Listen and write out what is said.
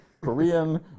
Korean